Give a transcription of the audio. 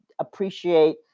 appreciate